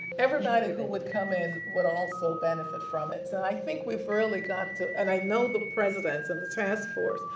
everybody who would come in would also benefit from it. so and i think we've really got to. and i know the president of the taskforce.